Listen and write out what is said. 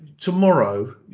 tomorrow